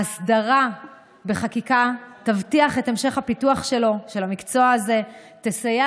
ההסדרה בחקיקה תבטיח את המשך הפיתוח של המקצוע הזה ותסייע